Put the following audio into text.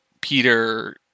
Peter